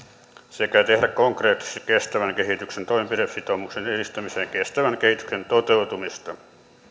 sekä tehdä konkreettisesti kestävän kehityksen toimenpidesitoumus edistääkseen kestävän kehityksen toteutumista